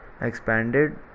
expanded